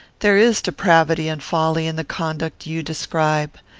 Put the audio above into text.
there is depravity and folly in the conduct you describe.